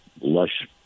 lush